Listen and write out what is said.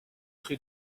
rue